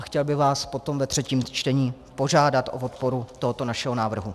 Chtěl bych vás potom ve třetím čtení požádat o podporu tohoto našeho návrhu.